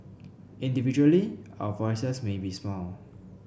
individually our voices may be small